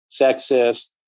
sexist